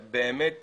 באמת,